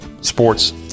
sports